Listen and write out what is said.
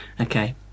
okay